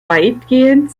weitgehend